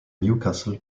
newcastle